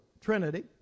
Trinity